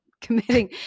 committing